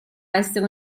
essere